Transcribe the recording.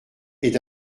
est